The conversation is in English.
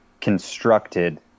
constructed